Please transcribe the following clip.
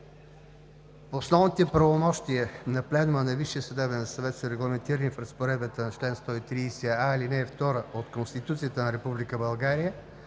Основните правомощия на Пленума на Висшия съдебен съвет са регламентирани в разпоредбата на чл. 130а, ал. 2 от Конституцията на